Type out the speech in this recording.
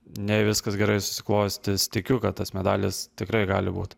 jei viskas gerai susiklostys tikiu kad tas medalis tikrai gali būt